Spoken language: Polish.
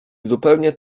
zupełnie